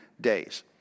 days